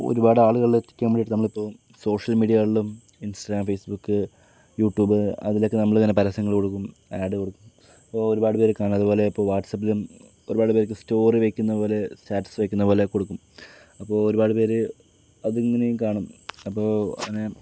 ഒരുപാട് ആളുകളെ വെച്ചിട്ട് നമ്മൾ നമ്മളിപ്പോൾ സോഷ്യൽ മീഡിയകളിലും ഇൻസ്റ്റഗ്രാം ഫേസ്ബുക്ക് യൂട്യൂബ് അതിലൊക്കെ നമ്മൾത്തന്നെ പരസ്യങ്ങൾ കൊടുക്കും ഏഡ് കൊടുക്കും അപ്പോൾ ഒരുപാട് പേർ കാണും അതുപോലെ ഇപ്പോൾ വാട്സപ്പിലും ഒരുപാട് പേർക്ക് സ്റ്റോറി വെക്കുന്നതു പോലെ സ്റ്റാറ്റസ് വെക്കുന്നതു പോലെ കൊടുക്കും അപ്പോൾ ഒരുപാട് പേർ അതങ്ങനെയും കാണും അപ്പോൾ അങ്ങനെ